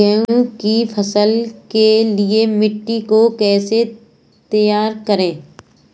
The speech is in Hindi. गेहूँ की फसल के लिए मिट्टी को कैसे तैयार करें?